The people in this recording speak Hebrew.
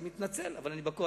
אני מתנצל, אבל אני בקואליציה.